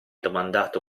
domandato